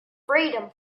freedom